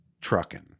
trucking